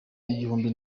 igihumbi